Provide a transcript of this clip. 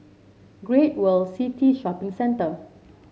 Great World City Shopping Centre